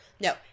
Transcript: No